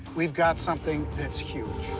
we've got something that's huge.